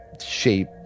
shape